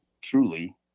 truly